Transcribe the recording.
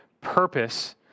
purpose